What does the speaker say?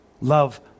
Love